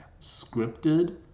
scripted